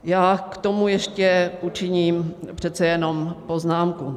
Já k tomu ještě učiním přece jenom poznámku.